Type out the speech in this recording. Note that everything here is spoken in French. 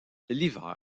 l’hiver